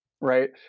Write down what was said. Right